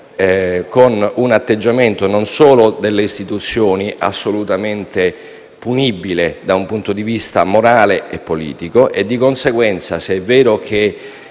è un atteggiamento, non solo delle istituzioni, assolutamente punibile da un punto di vista morale e politico. Di conseguenza, se è vero che